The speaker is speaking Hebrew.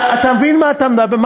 אתה מבין מה אתה אומר?